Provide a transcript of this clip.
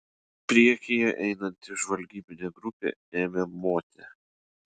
priekyje einanti žvalgybinė grupė ėmė moti